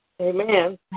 Amen